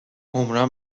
عمرا